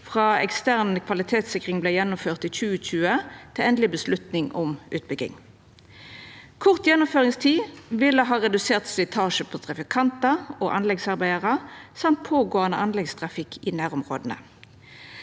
frå ekstern kvalitetssikring vart gjennomført i 2020, til endeleg avgjerd om utbygging. Kort gjennomføringstid ville ha redusert slitasjen på trafikantar og anleggsarbeidarar og pågåande anleggstrafikk i nærområda.